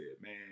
man